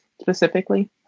specifically